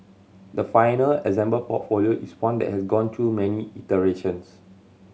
the final assembled portfolio is one that has gone through many iterations